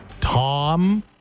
Tom